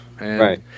Right